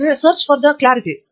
professor Andrew Thangaraj ಹೌದು